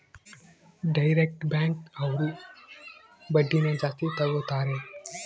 direct bank ಅವ್ರು ಬಡ್ಡಿನ ಜಾಸ್ತಿ ತಗೋತಾರೆ